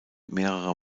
mehrerer